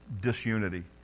disunity